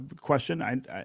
question